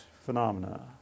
phenomena